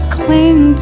cling